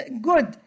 good